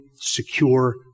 secure